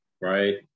right